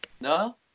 No